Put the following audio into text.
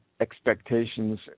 expectations